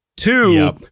Two